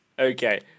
okay